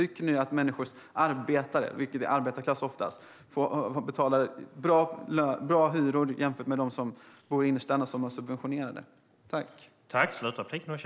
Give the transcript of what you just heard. Tycker du att dessa människor - det är oftast arbetarklass - får betala bra hyror jämfört med dem som bor i innerstäderna och som har subventionerade hyror?